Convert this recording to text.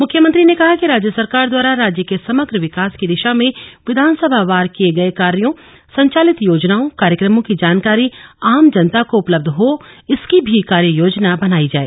मुख्यमंत्री ने कहा कि राज्य सरकार द्वारा राज्य के समग्र विकास की दिशा में विधानसभा वार किये गये कार्यो संचालित योजनाओं कार्यक्रमो की जानकारी आम जनता को उपलब्य हो इसकी भी कार्ययोजना बनायी जाय